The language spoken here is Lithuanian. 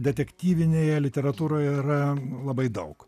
detektyvinėje literatūroje yra labai daug